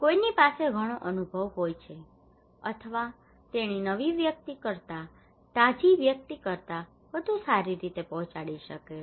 કોઈની પાસે ઘણો અનુભવ હોય છે અથવા તેણી નવી વ્યક્તિ કરતાં તાજી વ્યક્તિ કરતા વધુ સારી રીતે પહોંચાડી શકે છે